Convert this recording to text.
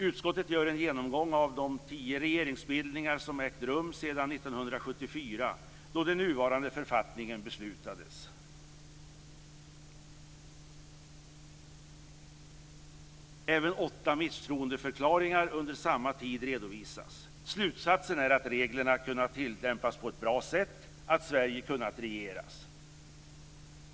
Utskottet gör en genomgång av de tio regeringsbildningar som har ägt rum sedan Även åtta misstroendeförklaringar under samma tid redovisas. Slutsatsen är att reglerna har kunnat tilllämpas på ett bra sätt, att Sverige kunnat regeras.